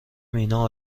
مینا